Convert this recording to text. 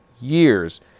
years